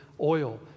oil